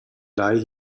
lie